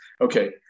Okay